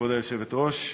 כבוד היושבת-ראש,